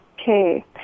Okay